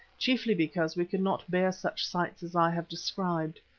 chiefly because we could not bear such sights as i have described.